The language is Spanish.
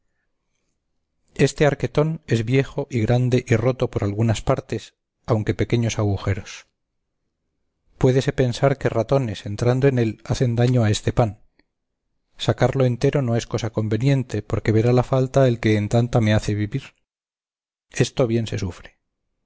este arquetón es viejo y grande y roto por algunas partes aunque pequeños agujeros puédese pensar que ratones entrando en él hacen daño a este pan sacarlo entero no es cosa conveniente porque verá la falta el que en tanta me hace vivir esto bien se sufre